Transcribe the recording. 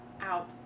out